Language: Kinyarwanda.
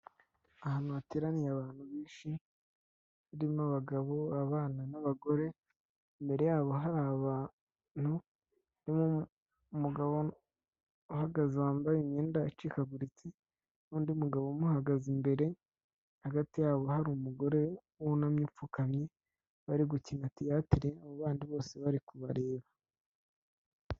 Ahantu hateraniye abantu benshi harimo abagabo, abana n'abagore, imbere yabo hari abantu, harimo umugabo uhagaze wambaye imyenda icikaguritse n'undi mugabo umuhagaze imbere, hagati yabo hari umugore wunamye upfukamye, bari gukina teyatere abo bandi bose bari kubareba.